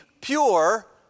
pure